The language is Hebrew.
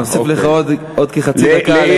נוסיף לך עוד כחצי דקה,